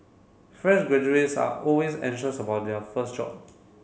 fresh graduates are always anxious about their first job